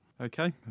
Okay